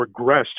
regressed